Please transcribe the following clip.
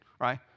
right